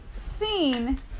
seen